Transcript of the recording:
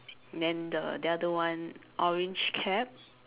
then the the other one orange cap